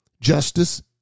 justice